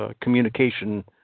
communication